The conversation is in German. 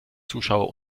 zuschauer